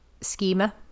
schema